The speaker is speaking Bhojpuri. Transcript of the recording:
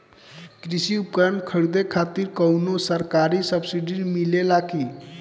कृषी उपकरण खरीदे खातिर कउनो सरकारी सब्सीडी मिलेला की?